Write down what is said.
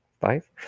five